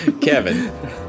Kevin